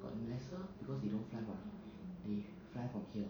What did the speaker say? got lesser because they don't fly from they fly from here